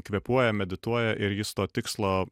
kvėpuoja medituoja ir jis to tikslo